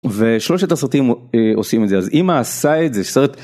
ושלושת הסרטים עושים את זה אז אימא עשה את זה סרט.